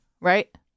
right